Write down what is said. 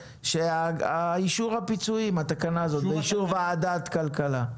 שאישור הפיצויים, התקנה הזאת, באישור ועדת כלכלה.